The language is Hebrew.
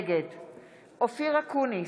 נגד אופיר אקוניס,